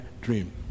dream